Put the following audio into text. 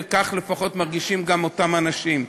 וכך לפחות מרגישים גם אותם האנשים.